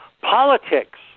politics